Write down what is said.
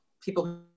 people